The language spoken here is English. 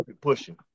pushing